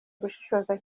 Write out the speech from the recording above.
gushishoza